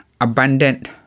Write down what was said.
abundant